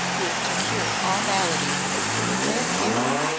who was to cure all maladies as soon as they appeared,